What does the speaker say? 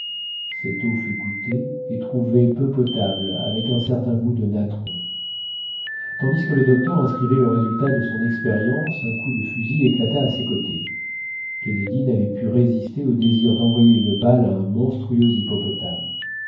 cette eau fut goûtée et trouvée peu potable avec un certain goût de natron tandis que le docteur inscrivait le résultat de son expérience un coup de fusil éclata à ses côtés kennedy n'avait pu résister au désir d'envoyer une balle à un monstrueux hippopotame